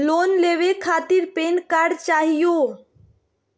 Loan लेवे खातीर PAN card चाहियो?